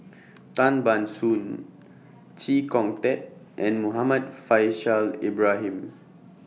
Tan Ban Soon Chee Kong Tet and Muhammad Faishal Ibrahim